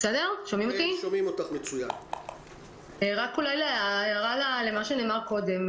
רק אולי הערה למה שנאמר קודם.